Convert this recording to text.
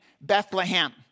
Bethlehem